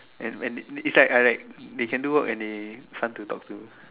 and and it's like I like they can do work and fun to talk to